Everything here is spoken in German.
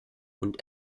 und